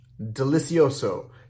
delicioso